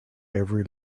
every